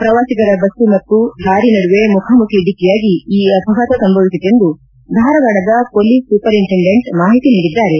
ಪ್ರವಾಸಿಗರ ಬಸ್ತು ಮತ್ತು ಲಾರಿ ನಡುವೆ ಮುಖಾಮುಖಿ ಡಿಕ್ಕಿಯಾಗಿ ಈ ಅಪಘಾತ ಸಂಭವಿಸಿತೆಂದು ಧಾರವಾಡದ ಪೊಲೀಸ್ ಸೂಪರಿಂಟೆಂಡೆಂಟ್ ಮಾಹಿತಿ ನೀಡಿದ್ದಾರೆ